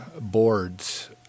boards